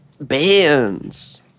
bands